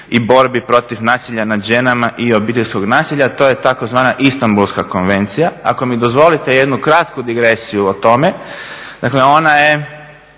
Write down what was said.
i borbi protiv nasilja nad ženama i obiteljskog nasilja, to je tzv. Istanbulska konvencija. Ako mi dozvolite jednu kratku digresiju o tome, dakle ona je,